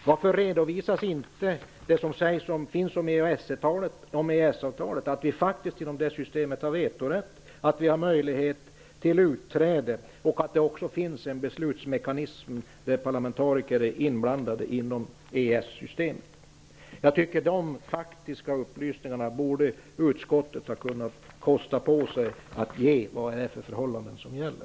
Varför redovisas inte det som skrivs om EES-avtalet, dvs. att vi faktiskt genom detta system har vetorätt och möjlighet till utträde och att det också finns en beslutsmekanism där parlamentariker är inblandade inom EES-systemet? Jag tycker att utskottet borde ha kostat på sig att ge dessa faktiska upplysningar om vad det är som gäller.